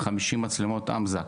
50 מצלמות אמז"ק